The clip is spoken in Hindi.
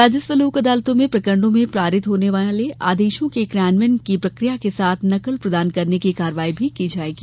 राजस्व लोक अदालतों में प्रकरणों में पारित आदेशों के क्रियान्वयन की प्रक्रिया के साथ नकल प्रदान करने की कार्यवाही भी होगी